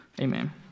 amen